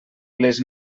les